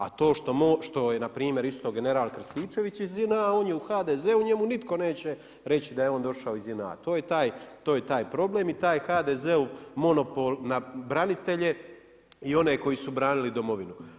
A to što je npr. isto general Krstičević iz JNA, on je u HDZ-u, njemu nitko neće reći da je on došao iz JNA, to je taj problem i taj HDZ-ov monopol na branitelje i one koji su branili Domovinu.